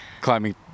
climbing